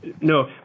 No